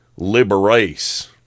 Liberace